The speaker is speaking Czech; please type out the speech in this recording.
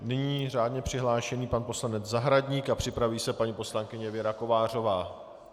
Nyní řádně přihlášený pan poslanec Zahradník a připraví se paní poslankyně Věra Kovářová.